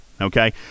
Okay